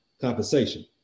compensation